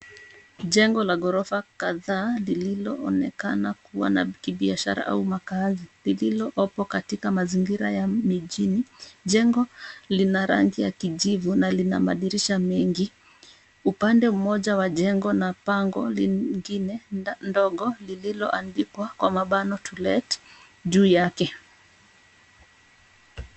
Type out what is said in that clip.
Jengo la ghorofa kadhaa lililoonekana kuwa la kibiashara au maakazi, lililoopo katika mazingira ya mijini, jengo, lina rangi ya kijivu na lina madirisha mengi, upande mmoja wa jengo na bango lingine ndogo lililoandikwa kwa mabano To Let , juu yake.